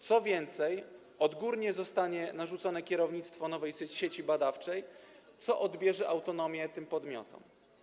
Co więcej, odgórnie zostanie narzucone kierownictwo nowej sieci badawczej, co odbierze autonomię tym podmiotom.